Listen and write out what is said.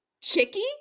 Chicky